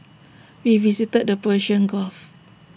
we visited the Persian gulf